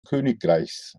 königreichs